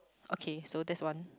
okay so that's one